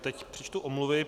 Teď přečtu omluvy.